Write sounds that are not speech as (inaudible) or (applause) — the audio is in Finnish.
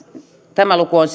tämä luku on (unintelligible)